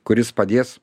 kuris padės